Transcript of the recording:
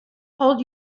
hold